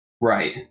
Right